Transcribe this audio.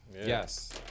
Yes